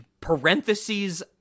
parentheses